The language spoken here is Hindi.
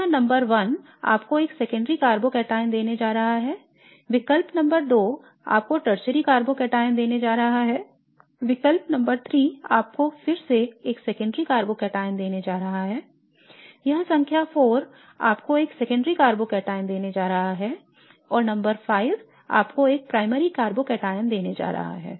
तो यह नंबर I आपको एक सेकेंडरी कार्बोकैटायन देने जा रहा है विकल्प संख्या II आपको टर्शरी कार्बोकैटायन देने जा रहा है विकल्प संख्या III आपको फिर से एक सेकेंडरी कार्बोकैटायन देने जा रहा है यह संख्या IV आपको एक सेकेंडरी कार्बोकैटायन देने जा रहा है और नंबर V आपको एक प्राइमरी कार्बोकैटायन देने जा रहा है